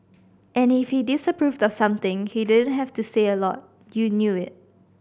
and if he disapproved of something he didn't have to say a lot you knew it